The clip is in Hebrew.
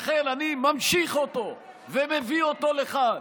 לכן אני ממשיך אותה ומביא אותה לכאן.